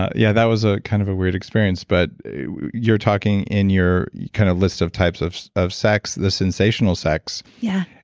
yeah, that was ah kind of a weird experience but you're talking in your kind of list of types of of sex, the sensational sex. yeah.